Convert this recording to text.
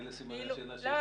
אלה סימני השאלה שיש לך?